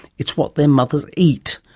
it's what their mothers eat.